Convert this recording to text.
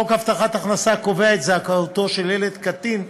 חוק הבטחת הכנסה קובע את זכאותו של ילד קטין,